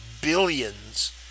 billions